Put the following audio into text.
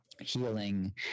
healing